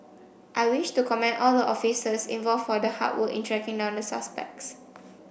I wish to commend all the officers involved for the hard work in tracking down the suspects